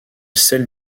celle